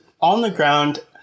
on-the-ground